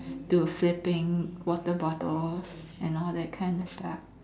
to a flipping water bottles and all that kind of stuff